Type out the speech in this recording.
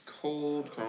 cold